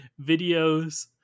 videos